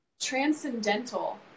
transcendental